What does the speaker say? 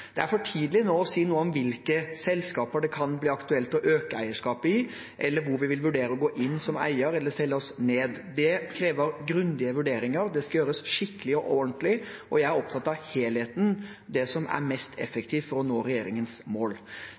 det regjeringen ønsker. Det er for tidlig nå å si noe om hvilke selskaper det kan bli aktuelt å øke eierskapet i, eller hvor vi vil vurdere å gå inn som eier eller selge oss ned. Det krever grundige vurderinger, det skal gjøres skikkelig og ordentlig, og jeg er opptatt av helheten, det som er mest effektivt for å nå regjeringens mål.